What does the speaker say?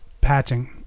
patching